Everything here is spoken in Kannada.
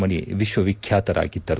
ಮಣಿ ವಿಶ್ವವಿಖ್ಯಾತರಾಗಿದ್ದರು